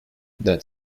that